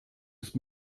ist